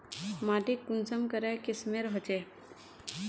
माटी कुंसम करे किस्मेर होचए?